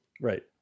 Right